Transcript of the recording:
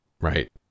Right